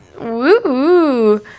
Woo